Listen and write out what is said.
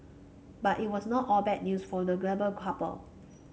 but it was not all bad news for the glamour couple